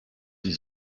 sie